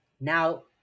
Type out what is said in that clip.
now